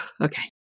Okay